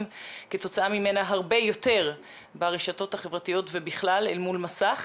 כתוצאה ממנה הרבה יותר ברשתות החברתיות ובכלל אל מול מסך,